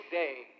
day